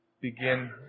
begin